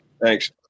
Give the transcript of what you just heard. Thanks